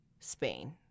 Spain